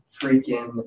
freaking